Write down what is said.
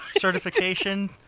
Certification